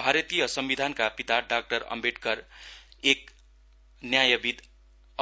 भारतीय संविधानका पिता डाक्टर अम्बेडकर एक न्यायविद